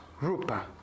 Rupa